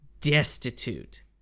destitute